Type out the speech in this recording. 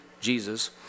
Jesus